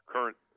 Current